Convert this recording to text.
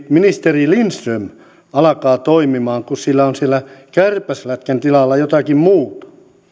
ministeri lindström alkaa toimimaan kun sillä on siellä kärpäslätkän tilalla jotakin muuta